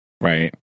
Right